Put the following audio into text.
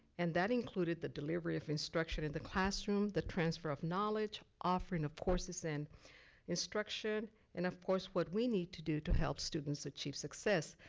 and that included the delivery of instruction in the classroom, the transfer of knowledge, offering of courses and instruction and of course, what we need to do to help students achieve success.